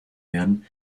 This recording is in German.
werden